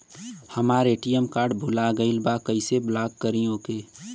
हमार ATM card भूला गईल बा कईसे ब्लॉक करी ओके?